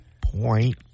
Point